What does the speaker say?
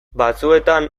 batzuetan